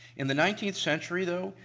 in the nineteenth century though,